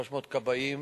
300 כבאים